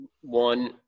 one